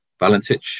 Valentich